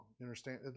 Understand